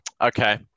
Okay